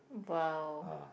!wow!